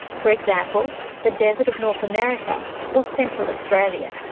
for example the desert of north america or central australia.